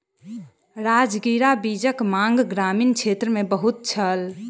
राजगिरा बीजक मांग ग्रामीण क्षेत्र मे बहुत छल